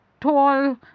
tall